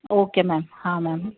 okay ma'am હા ma'am